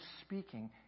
speaking